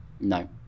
No